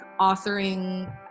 authoring